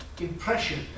impression